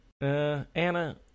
Anna